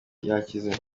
yakize